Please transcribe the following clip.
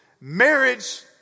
Marriage